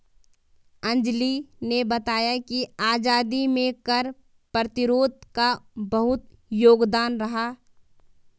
अंजली ने बताया कि आजादी में कर प्रतिरोध का बहुत योगदान रहा